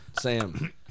Sam